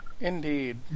Indeed